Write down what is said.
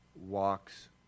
walks